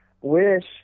wish